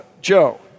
Joe